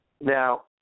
Now